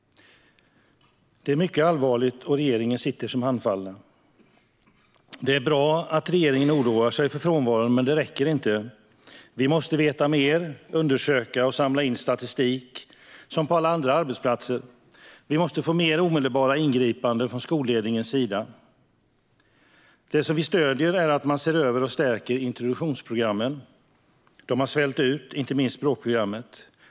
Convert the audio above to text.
Det är mycket allvarligt, och regeringen sitter handfallen. Det är bra att regeringen oroar sig för frånvaron, men det räcker inte. Vi måste veta mer, undersöka och samla in statistik, som på alla andra arbetsplatser. Vi måste få mer omedelbara ingripanden från skolledningens sida. Det som vi stöder är att man ser över och stärker introduktionsprogrammen. De har svällt, inte minst språkprogrammet.